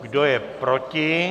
Kdo je proti?